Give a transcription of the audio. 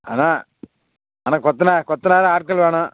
அதுதான் ஆனால் கொத்தனார் கொத்தனார் ஆட்கள் வேணும்